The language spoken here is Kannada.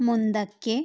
ಮುಂದಕ್ಕೆ